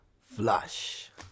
flush